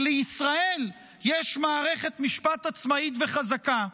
כי לישראל יש מערכת משפט עצמאית וחזקה.